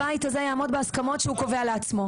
הבית הזה יעמוד בהסכמות שהוא קובע לעצמו.